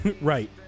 Right